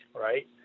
right